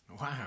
Wow